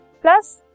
plus